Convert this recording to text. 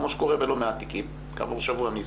כמו שקורה בלא מעט תיקים שנסגרים